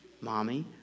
mommy